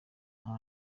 nta